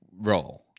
role